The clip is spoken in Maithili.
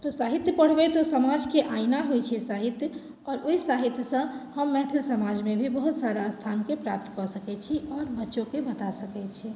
तऽ साहित्य पढ़बै तऽ समाजके आइना होइत छै साहित्य आओर ओहि साहित्यसँ हम मैथिल समाजमे भी बहुत सारा स्थानके प्राप्त कऽ सकैत छी आओर बच्चोकेँ बता सकैत छियै